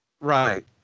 Right